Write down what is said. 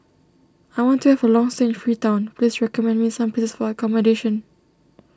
I want to have a long stay in Freetown please recommend me some places for accommodation